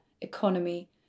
economy